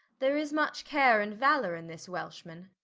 there is much care and valour in this welchman.